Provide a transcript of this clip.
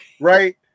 right